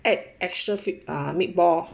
add extra food ah meat ball